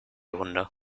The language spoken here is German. hunde